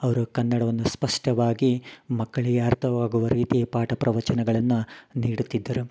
ಅವರು ಕನ್ನಡವನ್ನು ಸ್ವಷ್ಟವಾಗಿ ಮಕ್ಕಳಿಗೆ ಅರ್ಥವಾಗುವ ರೀತಿ ಪಾಠ ಪ್ರವಚನಗಳನ್ನ ನೀಡುತ್ತಿದ್ದರು